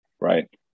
right